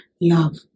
love